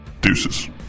Deuces